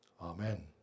Amen